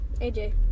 AJ